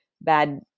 bad